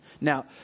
Now